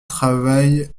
travaillent